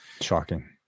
Shocking